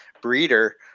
breeder